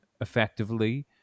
effectively